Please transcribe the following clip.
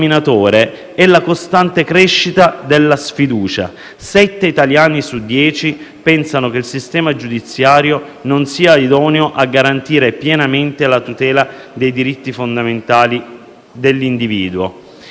denominatore è la costante crescita della sfiducia: sette italiani su dieci pensano che il sistema giudiziario non sia idoneo a garantire pienamente la tutela dei diritti fondamentali dell'individuo.